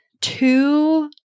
two